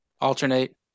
alternate